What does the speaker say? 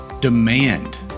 Demand